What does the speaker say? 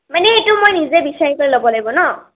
মানে এইটো মই নিজে বিচাৰি ল'ব লাগিব ন